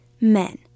men